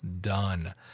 done